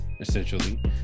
essentially